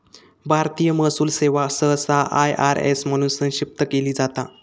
भारतीय महसूल सेवा सहसा आय.आर.एस म्हणून संक्षिप्त केली जाता